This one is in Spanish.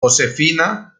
josefina